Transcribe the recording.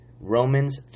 Romans